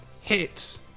hit